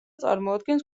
წარმოადგენს